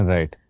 Right